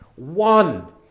one